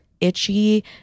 itchy